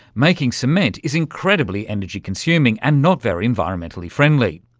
making cement is incredibly energy-consuming and not very environmentally friendly.